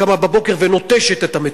קמה בבוקר ונוטשת את המטופל,